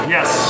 Yes